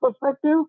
perspective